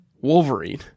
Wolverine